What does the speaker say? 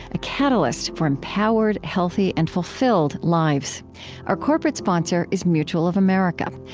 a catalyst for empowered, healthy, and fulfilled lives our corporate sponsor is mutual of america.